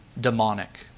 demonic